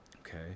okay